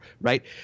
right